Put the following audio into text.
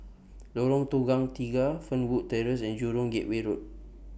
Lorong Tukang Tiga Fernwood Terrace and Jurong Gateway Road